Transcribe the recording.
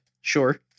Sure